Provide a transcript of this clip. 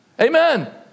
Amen